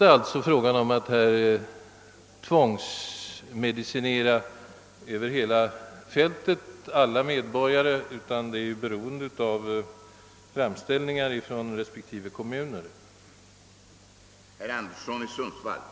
Det är alltså inte fråga om någon tvångsmedicinering över hela fältet, av alla medborgare, utan en sådan åtgärds genomförande är beroende av framställning härom från respektive kommun och positivt beslut av socialstyrelsen.